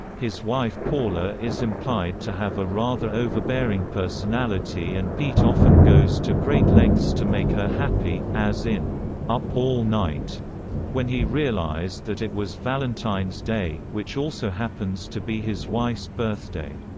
his wife paula is implied to have a rather overbearing personality and pete often goes to great lengths to make her happy, as in up all night when he realized that it was valentine's day, which also happens to be his wife's birthday.